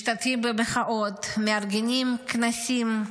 משתתפים במחאות, מארגנים כנסים,